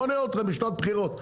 בוא נראה אתכם בשנת בחירות,